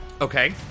Okay